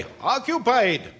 Occupied